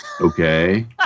okay